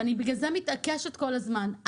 ובגלל זה אני מתעקשת כל הזמן,